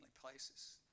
places